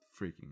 freaking